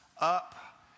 Up